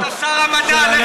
אתה שר המדע, לך עם העובדות.